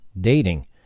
dating